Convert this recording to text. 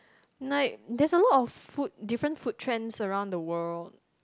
like there's a lot of food different food trends around the world